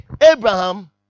Abraham